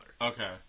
Okay